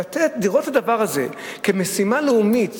לראות את הדבר הזה כמשימה לאומית